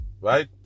right